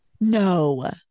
No